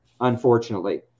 unfortunately